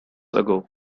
ago